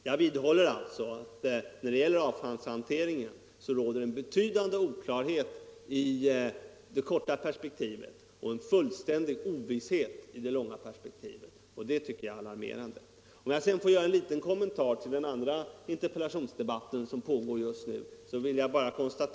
Jag vidhåller alltså att det när det gäller avfallshanteringen råder en betydande oklarhet i det korta perspektivet och en fullständig ovisshet i det långa perspektivet, och det tycker jag är alarmerande. Låt mig sedan göra en liten kommentar till den andra interpellationsdebatt som pågår just nu.